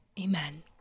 Amen